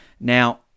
now